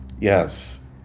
Yes